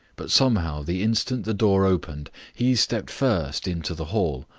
but somehow the instant the door opened he stepped first into the hall,